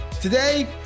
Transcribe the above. Today